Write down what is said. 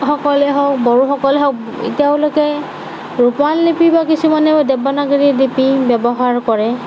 সকলে হওক বড়োসকলে হওক তেওঁলোকে ৰোমান লিপি বা কিছুমানে দেৱনাগৰী লিপি ব্যৱহাৰ কৰে